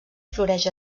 floreix